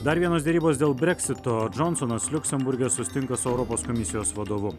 dar vienos derybos dėl breksito džonsonas liuksemburge susitinka su europos komisijos vadovu